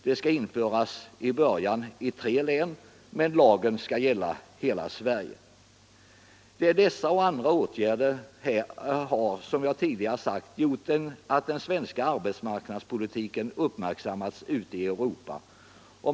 Detta skall införas till en början i tre län, men lagen skall gälla hela Sverige. Dessa och andra åtgärder som jag tidigare nämnt har gjort att den svenska arbetsmarknadspolitiken uppmärksammats ute i Europa.